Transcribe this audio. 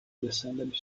descendent